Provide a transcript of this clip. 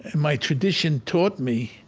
and my tradition taught me,